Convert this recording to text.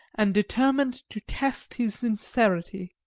and determined to test his sincerity.